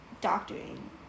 doctoring